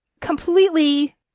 completely